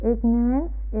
Ignorance